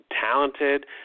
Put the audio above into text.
talented